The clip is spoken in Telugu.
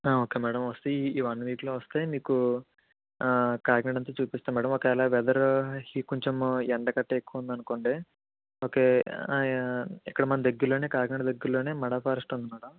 ఓకే మేడం వస్తే ఈ వన్ వీక్లో వస్తే మీకు కాకినాడంతా చూపిస్తాం మేడం ఒకవేళ వెదరు కొంచెము ఎండ కట్టా ఎక్కువుందనుకోండి ఓకే యా ఇక్కడ మన దగ్గరలోనే కాకినాడ దగ్గరలోనే మడా ఫారెస్ట్ ఉంది మేడం